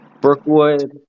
Brookwood